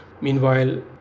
Meanwhile